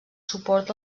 suport